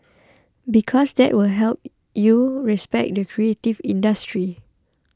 because that will help you respect the creative industry